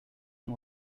one